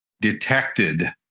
detected